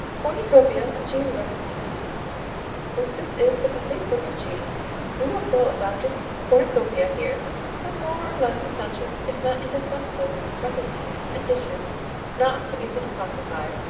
cornucopia of cheese recipes since this is the complete book of cheese we will fill a bounteous cornucopia here with more or less essential, if not indispensable, recipes and dishes not so easy to classify,